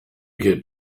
get